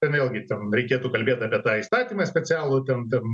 ten vėlgi ten reikėtų kalbėt apie tą įstatymą specialų ten ten